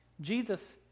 Jesus